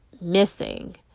missing